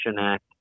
Act